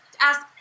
ask